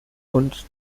und